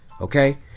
okay